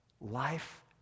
life